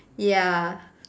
ya